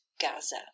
Gaza